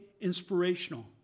inspirational